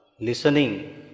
listening